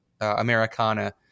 americana